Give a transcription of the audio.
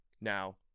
now